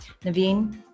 Naveen